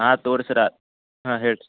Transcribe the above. ಹಾಂ ತೊಗೊಳಿ ಸರ್ರ ಹಾಂ ಹೇಳಿರಿ